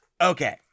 Okay